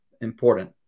important